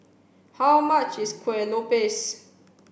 how much is Kueh Lopes